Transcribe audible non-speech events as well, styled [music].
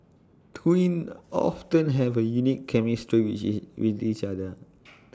twins often have A unique chemistry with [unintelligible] with each other [noise]